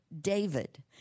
David